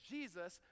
Jesus